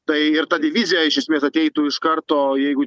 tai ir ta divizija iš esmės ateitų iš karto jeigu